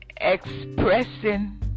expressing